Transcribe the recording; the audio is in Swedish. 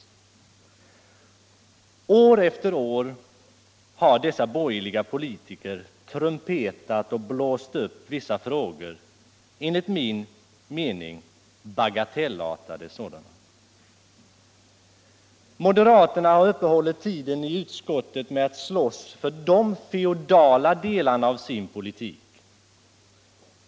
År efter år har dessa borgerliga politiker trumpetat och blåst upp vissa frågor, enligt min mening bagatellartade sådana. Moderaterna har uppehållit tiden i utskottet med att slåss för de feodala delarna av sin politik.